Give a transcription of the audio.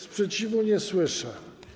Sprzeciwu nie słyszę.